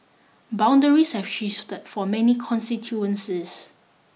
boundaries have shifted for many constituencies